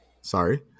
sorry